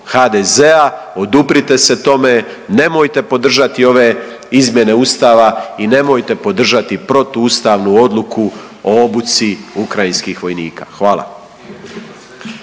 HDZ-a, oduprite se tome, nemojte podržati ove izmjene ustava i nemojte podržati protuustavnu odluku o obuci ukrajinskih vojnika, hvala.